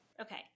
Okay